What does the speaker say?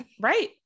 right